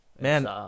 Man